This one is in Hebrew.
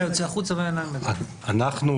אנחנו,